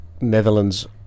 Netherlands